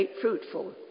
fruitful